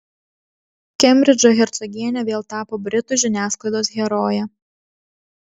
kembridžo hercogienė vėl tapo britų žiniasklaidos heroje